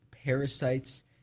parasites